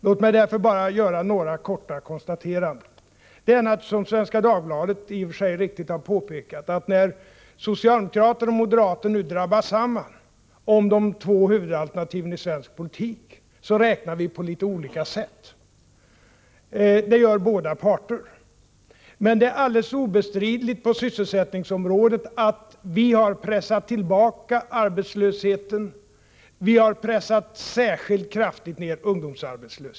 Låt mig därför bara göra några korta konstateranden. Det är naturligtvis så som Svenska Dagbladet i och för sig riktigt har påpekat, att när socialdemokrater och moderater nu drabbar samman om de två huvudalternativen i svensk politik, så räknar vi på litet olika sätt. Det gör båda parter. Men på sysselsättningsområdet är det alldeles obestridligt att vi har pressat tillbaka arbetslösheten. Vi har särskilt kraftigt pressat ned ungdomsarbetslösheten.